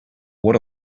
what